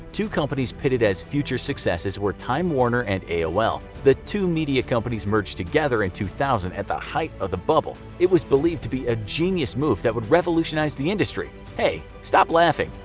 two companies pitted as future successes were time warner and aol. the two media companies merged together in two thousand at the height of the bubble it was believed to be a genius move that would revolutionize the industry. hey, stop laughing!